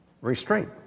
restraint